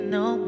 no